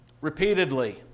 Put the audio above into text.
Repeatedly